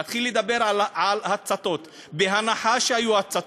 להתחיל לדבר על הצתות, בהנחה שהיו הצתות,